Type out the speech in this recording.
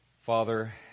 Father